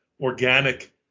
organic